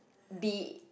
B